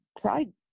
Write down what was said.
pride